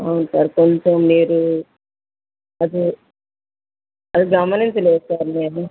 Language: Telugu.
అవును సార్ కొంచెం మీరు అది అది గమనించలేదు సార్ నేను